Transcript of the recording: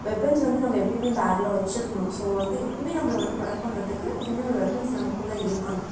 weapons வந்து நம்ம எப்போயுமே பேகில் வச்சிருக்கணும் ஸோ வந்து எப்போயுமே நம்மள வந்து ப்ரொடக்ட் பண்ணுறத்துக்கு எப்போயுமே ஒரு வெப்பன்ஸ் நமக்குள்ள இருக்கணும்